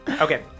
Okay